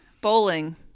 bowling